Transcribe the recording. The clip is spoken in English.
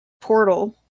portal